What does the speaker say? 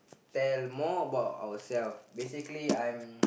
tell more about our self basically I'm